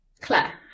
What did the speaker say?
Claire